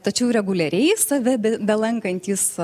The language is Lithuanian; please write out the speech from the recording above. tačiau reguliariai save be be lankantys